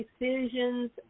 decisions